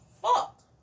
fuck